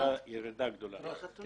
ירידה גדולה.